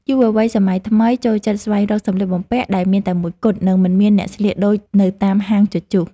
យុវវ័យសម័យថ្មីចូលចិត្តស្វែងរកសម្លៀកបំពាក់ដែលមានតែមួយគត់ និងមិនមានអ្នកស្លៀកដូចនៅតាមហាងជជុះ។